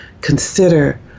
consider